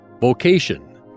vocation